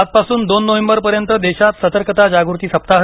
आजपासून दोन नोव्हेंबरपर्यंत देशात सतर्कता जागृती सप्ताह